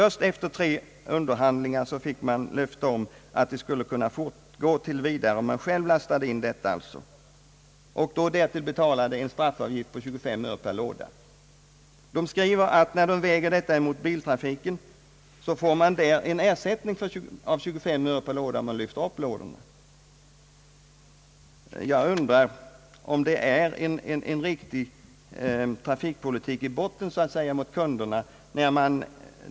Först efter tre underhandlingar fick man löfte om att frakterna skulle kunna fortgå tills vidare om man själv lastade in varorna och betalade en straffavgift om 25 öre per låda. Firman skriver att när man väger detta mot biltrafiken, så får man där en ersättning av 25 öre per låda, om man själv lyfter upp lådorna. Jag undrar om det är en riktig trafikpolitik mot kunderna som man här tillämpar.